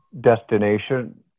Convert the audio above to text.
destination